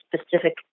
specific